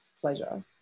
pleasure